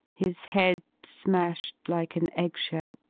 his head smashed like an egg-shell,